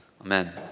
Amen